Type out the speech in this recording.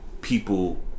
people